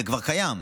זה כבר קיים,